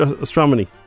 astronomy